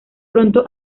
pronto